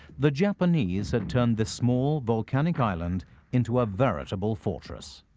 the japanese had turned this small, volcanic island into a veritable fortress.